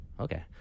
Okay